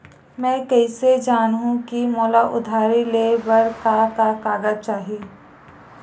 मैं कइसे जानहुँ कि मोला उधारी ले बर का का कागज चाही?